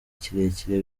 kirekire